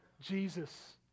Jesus